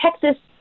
Texas